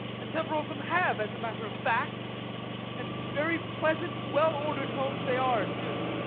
and several of them have, as a matter of fact and very pleasant, well-ordered homes they are, too.